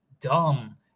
dumb